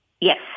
Yes